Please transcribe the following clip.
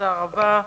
תודה רבה.